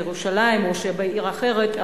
בירושלים או בעיר אחרת,